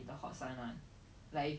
!wah! that's very rich